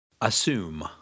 Assume